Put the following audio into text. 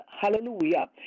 hallelujah